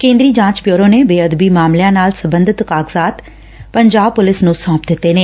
ਕੇ ਂਦਰੀ ਜਾਂਚ ਬਿਊਰੋ ਨੇ ਬੇਅਦਬੀ ਮਾਮਲਿਆਂ ਨਾਲ ਸਬੰਧਤ ਕਾਗਜ਼ਾਤ ਪੰਜਾਬ ਪੁਲਿਸ ਨੂੰ ਸੋਂਪ ਦਿੱਤੇ ਨੇ